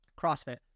CrossFit